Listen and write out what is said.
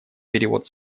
перевод